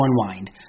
unwind